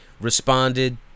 responded